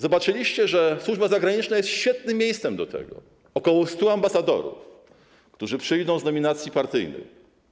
Zobaczyliście, że służba zagraniczna jest świetnym miejscem do tego - ok. 100 ambasadorów, którzy przyjdą z nominacji partyjnej.